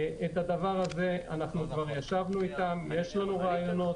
על זה כבר ישבנו איתם ויש לנו רעיונות.